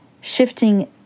shifting